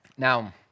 Now